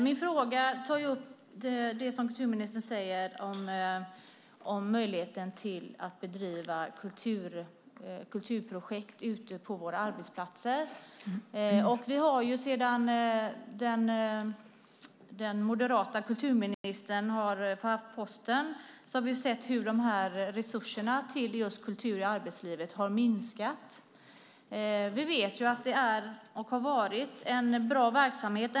Min fråga gäller det som kulturministern säger om möjligheten att bedriva kulturprojekt ute på arbetsplatserna. Under den tid som den moderata ministern innehaft kulturministerposten har vi sett hur resurserna till just anslagsposten Kultur i arbetslivet har minskat. Vi vet att den verksamheten är och har varit en bra verksamhet.